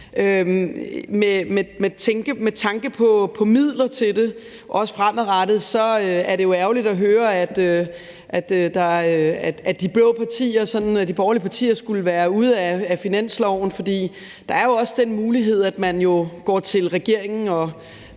Med tanke på midler til det fremadrettet er det jo ærgerligt at høre, at de borgerlige partier skulle være ude af finansloven, for der er jo også den mulighed, at man går til regeringen og